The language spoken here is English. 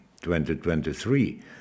2023